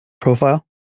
profile